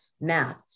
math